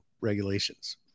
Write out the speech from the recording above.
regulations